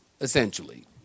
essentially